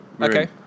Okay